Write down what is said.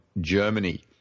Germany